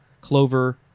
clover